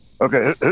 Okay